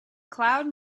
cloud